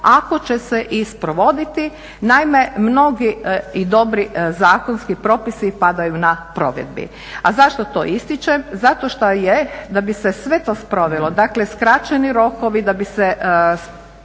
ako će se i provoditi. Naime, mnogi i dobri zakonski propisi padaju na provedbi. A zašto to ističem? Zato što je da bi se sve to provelo, dakle skraćeni rokovi, da bi se